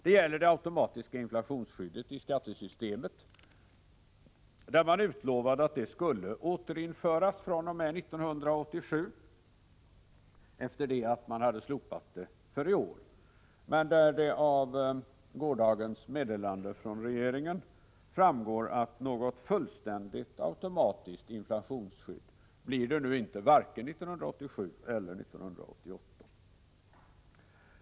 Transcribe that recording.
Det gäller det automatiska inflationsskyddet i skattesystemet, som man utlovade skulle återinföras fr.o.m. 1987 efter det att man hade slopat det för i år, men där det av gårdagens meddelande från regeringen framgår att det nu inte blir något fullständigt och automatiskt inflationsskydd vare sig 1987 eller 1988.